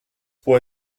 può